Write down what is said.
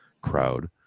crowd